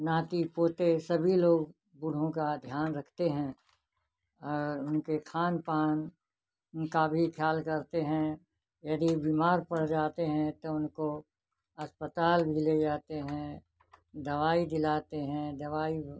नाती पोते सभी लोग बूढ़ों का ध्यान रखते हैं और उनके खानपान उनका भी ख्याल करते हैं यदि बीमार पड़ जाते हैं तब उनको अस्पताल भी ले जाते हैं दवाई दिलाते हैं दवाई